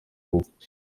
ubukwe